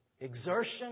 Exertion